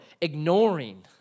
ignoring